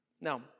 Now